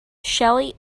shelly